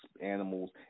animals